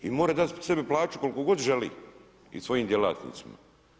I mora dati sebi plaću koliku god želi i svojim djelatnicima.